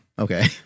Okay